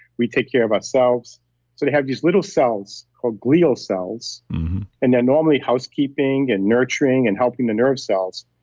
we take care of ourselves. they have these little cells called glial cells and they're normally housekeeping and nurturing and helping the nerve cells.